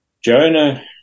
Jonah